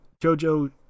jojo